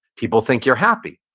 people think you're happy.